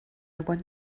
want